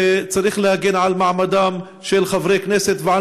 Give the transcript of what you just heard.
וצריך להגן על מעמדם של חברי הכנסת ועל